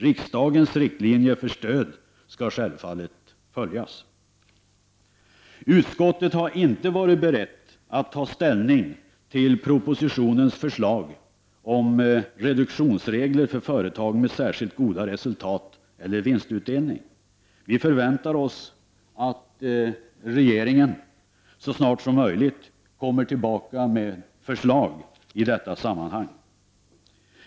Riksdagens riktlinjer för stöd till pressen skall självfallet följas. Utskottet har inte nu varit berett att ta ställning till propositionens förslag om reduktionsregler för företag med särskilt goda resultat eller vinstutdelning. Vi förväntar oss att regeringen så snart som möjligt kommer tillbaka med förslag i detta sammanhang.